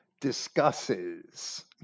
discusses